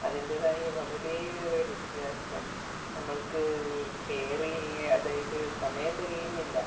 അതിന്റേതായ വളരെ ഏറെ വ്യത്യാസം നമ്മൾക്ക് കെയർ ചെയ്യുക അതായത് സമയം തികയുന്നില്ല